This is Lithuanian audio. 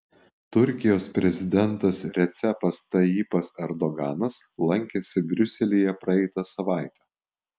turkijos prezidentas recepas tayyipas erdoganas lankėsi briuselyje praeitą savaitę